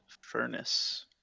furnace